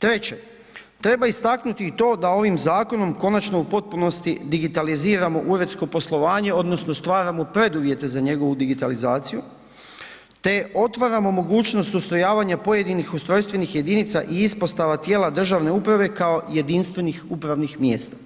Treće, treba istaknuti i to da ovim zakonom konačno u potpunosti digitaliziramo uredsko poslovanje odnosno stvaramo preduvjete za njegovu digitalizaciju te otvaramo mogućnost ustrojavanja pojedinih ustrojstvenih jedinica i ispostava tijela državne uprave kao jedinstvenih upravnih mjesta